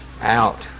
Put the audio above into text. out